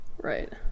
Right